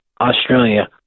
Australia